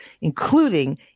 including